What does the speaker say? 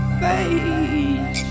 face